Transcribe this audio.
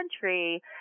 country –